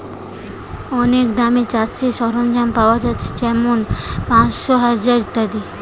অনেক দামে চাষের সরঞ্জাম পায়া যাচ্ছে যেমন পাঁচশ, হাজার ইত্যাদি